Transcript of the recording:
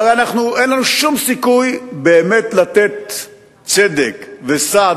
הרי אין לנו שום סיכוי באמת לתת צדק וסעד